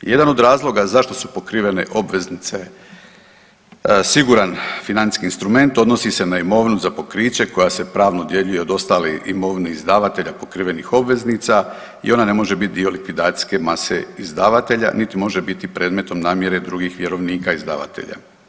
Jedan od razloga zašto su pokrivene obveznice siguran financijski instrument odnosi se na imovinu za pokriće koja se pravno dijeli od ostale imovine izdavatelja pokrivenih obveznica i ona ne može biti dio likvidacijske mase izdavatelja niti može biti predmetom namjere drugih vjerovnika izdavatelja.